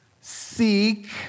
seek